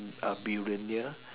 a billionaire ya